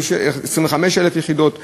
25,000 יחידות דיור.